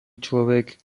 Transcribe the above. človek